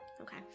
Okay